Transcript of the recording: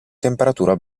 temperatura